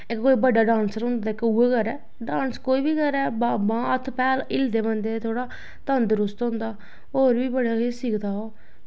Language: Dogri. इक कोई बड्डा डांसर होंदा ओह् उ'ऐ करै डांस कोई बी करै बांह् हत्थ पैर हिल्लदे बंदे दे थोह्ड़ा तंदरुस्त होंदा होर बी बड़ा किश सिखदा ओह्